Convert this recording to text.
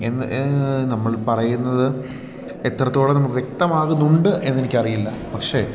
എന്നു നമ്മൾ പറയുന്നത് എത്രത്തോളം നമുക്ക് വ്യക്തമാകുന്നുണ്ട് എന്നെനിക്കറിയില്ല പക്ഷെ